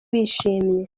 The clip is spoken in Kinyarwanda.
bishimye